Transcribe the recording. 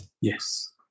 Yes